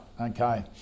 okay